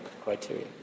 criteria